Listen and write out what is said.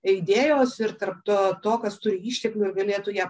idėjos ir tarp to to kas turi išteklių ir galėtų ją